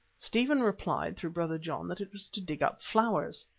stephen replied through brother john that it was to dig up flowers.